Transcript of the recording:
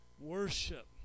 Worship